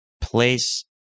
place